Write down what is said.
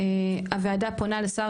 הוועדה פונה לשר